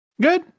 Good